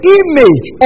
image